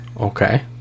okay